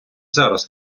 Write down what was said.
зараз